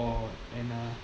or and a